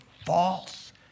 False